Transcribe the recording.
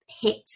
hit